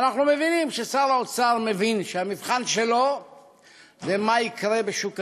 ואנחנו מבינים ששר האוצר מבין שהמבחן שלו זה מה יקרה בשוק הדיור.